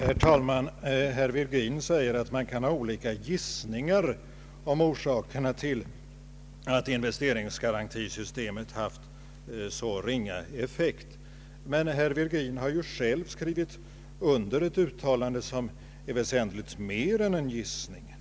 Herr talman! Herr Virgin påstår att man kan ha olika gissningar om orsakerna till att investeringsgarantisystemet haft så ringa effekt. Men herr Virgin har ju själv skrivit under ett uttalande, som är väsentligt mer än en gissning.